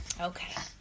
Okay